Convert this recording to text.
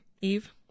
Eve